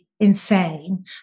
insane